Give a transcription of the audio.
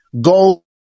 go